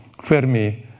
Fermi